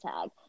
tag